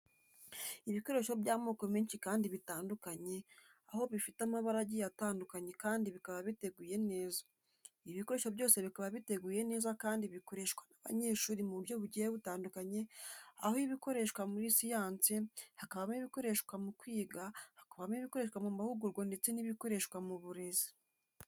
Ibikoresho by'amako meshi kandi bitandukanye, aho bifite amabara agiye atandukanye kandi bikaba biteguye neza. Ibibikoresho byose bikaba biteguye neza kandi bikoreshwa n'abanyeshuri mu buryo bugiye butandukanye aho ibikoreshwa muri siyanse, hakabamo ibikoreshwa mu kwiga, hakabamo ibikoreshwa mu mahugurwa ndetse n'ibikoreshwa mu burezi.